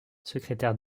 secrétaire